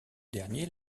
dernier